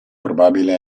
probabile